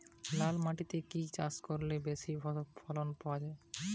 লাল মাটিতে কি কি চাষ করলে বেশি ফলন পাওয়া যায়?